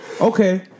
Okay